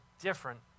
different